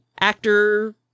actor